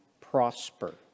prosper